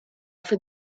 for